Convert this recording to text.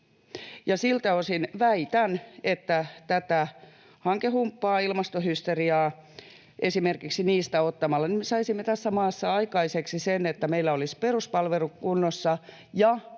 Siltä osin väitän, että tästä hankehumpasta, ilmastohysteriasta, esimerkiksi niistä, ottamalla me saisimme tässä maassa aikaiseksi sen, että meillä olisivat peruspalvelut kunnossa ja että meillä